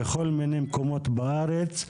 בכל מיני מקומות בארץ,